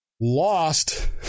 lost